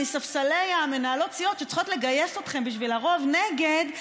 מספסלי מנהלות הסיעות שצריכות לגייס אתכם בשביל הרוב נגד,